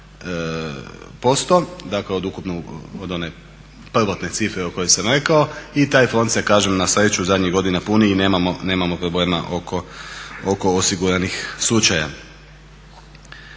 1,9%, dakle od ukupnog, od one prvotne cifre o kojoj sam rekao i taj fond se kažem na sreću zadnjih godina puni i nemamo problema oko osiguranih slučaja.